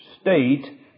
state